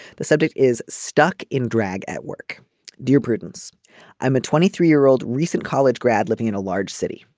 the subject is stuck in drag at work dear prudence i'm a twenty three year old recent college grad living in a large city.